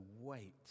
wait